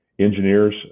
Engineers